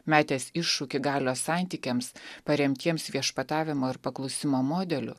metęs iššūkį galios santykiams paremtiems viešpatavimo ir paklusimo modeliu